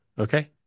Okay